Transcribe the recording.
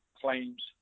claims